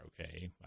okay